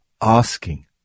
asking